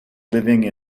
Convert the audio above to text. living